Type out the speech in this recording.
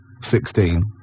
sixteen